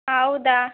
ಆಂ ಹೌದಾ